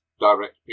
direct